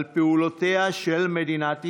על פעולותיה של מדינת ישראל.